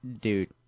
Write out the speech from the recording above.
Dude